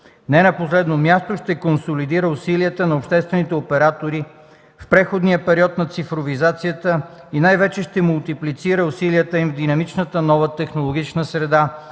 Не на последно място, ще консолидира усилията на обществените оператори в преходния период на цифровизацията и най-вече ще мултиплицира усилията им в динамичната нова технологична среда